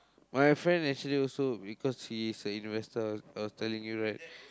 my friend actually also because he staying west side I was telling you right